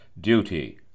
duty